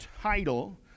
title